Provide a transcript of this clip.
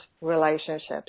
relationships